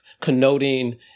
connoting